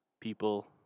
people